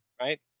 Right